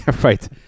right